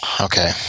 Okay